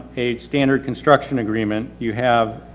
a standard construction agreement you have,